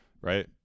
Right